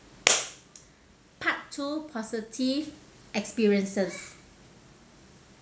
part two positive experiences